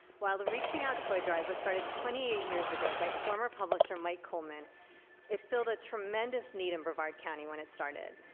while the reaching out toy drive was started twenty eight years ago by former publisher mike coleman it filled a tremendous need in brevard county when it started.